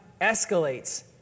escalates